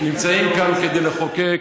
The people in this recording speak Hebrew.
ונמצאים כאן כדי לחוקק.